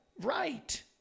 Right